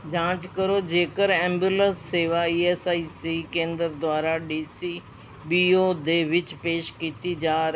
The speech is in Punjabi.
ਜਾਂਚ ਕਰੋ ਜੇਕਰ ਐਂਬੂਲੈਂਸ ਸੇਵਾ ਈ ਐੱਸ ਆਈ ਸੀ ਕੇਂਦਰ ਦੁਆਰਾ ਡੀ ਸੀ ਬੀ ਓ ਦੇ ਵਿੱਚ ਪੇਸ਼ ਕੀਤੀ ਜਾ ਰਹੀ ਹੈ